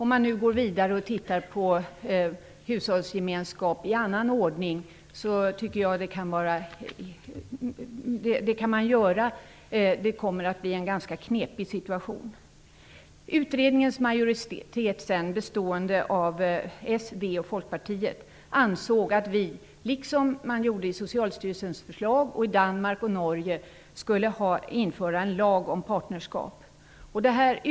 Man kan gå vidare och titta på hushållsgemenskapen på ett annat sätt, men det kommer att bli ganska knepigt. Folkpartiet, ansåg att man, i likhet med Danmark och Norge, skulle införa en lag om partnerskap; det föreslog även Socialstyrelsen.